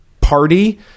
party